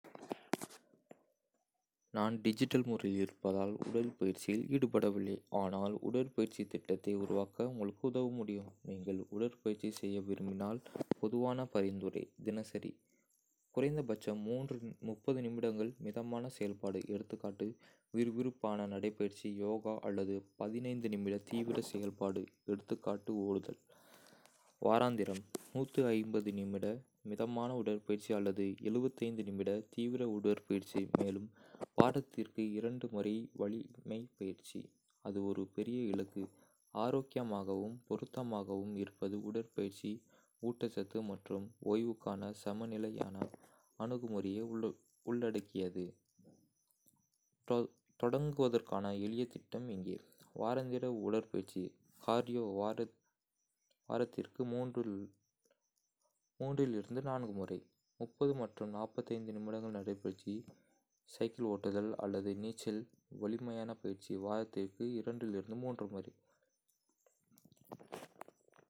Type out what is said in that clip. நான் டிஜிட்டல் முறையில் இருப்பதால் உடல் பயிற்சியில் ஈடுபடவில்லை, ஆனால் உடற்பயிற்சி திட்டத்தை உருவாக்க உங்களுக்கு உதவ முடியும்! நீங்கள் உடற்பயிற்சி செய்ய விரும்பினால், பொதுவான பரிந்துரை: தினசரி: குறைந்தபட்சம் 30 நிமிடங்கள் மிதமான செயல்பாடு எ.கா., விறுவிறுப்பான நடைபயிற்சி, யோகா அல்லது நிமிட தீவிர செயல்பாடு எ.கா. ஓடுதல். வாராந்திரம்: நிமிட மிதமான உடற்பயிற்சி அல்லது நிமிட தீவிர உடற்பயிற்சி, மேலும் வாரத்திற்கு இரண்டு முறை வலிமை பயிற்சி. அது ஒரு பெரிய இலக்கு ஆரோக்கியமாகவும் பொருத்தமாகவும் இருப்பது உடற்பயிற்சி, ஊட்டச்சத்து மற்றும் ஓய்வுக்கான சமநிலையான அணுகுமுறையை உள்ளடக்கியது. தொடங்குவதற்கான எளிய திட்டம் இங்கே: வாராந்திர உடற்பயிற்சி கார்டியோ வாரத்திற்கு முறை நிமிடங்கள் நடைபயிற்சி, ஜாகிங், சைக்கிள் ஓட்டுதல் அல்லது நீச்சல். வலிமை பயிற்சி வாரத்திற்கு முறை